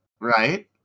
right